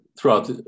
throughout